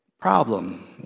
problem